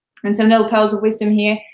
and so, new pearls of wisdom here,